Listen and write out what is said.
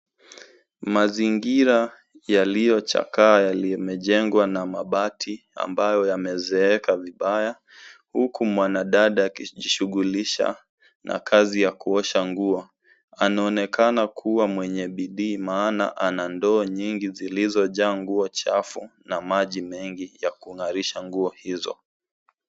Mazingira yaliyochakaa yamejengwa na mabati ambayo yamezeeka vibaya, huku mwanadada akijishughulisha na kazi ya kuosha nguo. Anaonekana kuwa mwenye bidii maana ana ndoo nyingi zilizojaa nguo chafu na maji mengi ya kung'arisha nguo hizo.